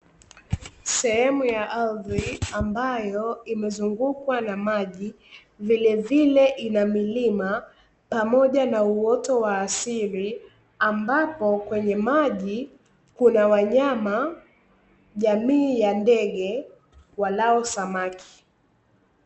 Sehemu ya ardhi ambayo imezungukwa na maji vilevile ina milima pamoja na uoto wa asili, ambapo kwenye maji kuna wanyama jamii ya ndege walao samaki.